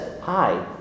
hi